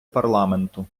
парламенту